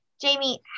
Jamie